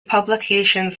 publications